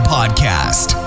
Podcast